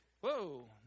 Whoa